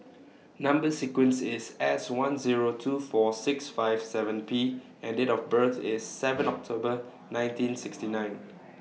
Number sequence IS S one Zero two four six five seven P and Date of birth IS seven October nineteen sixty nine